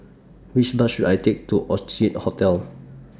Which Bus should I Take to Orchid Hotel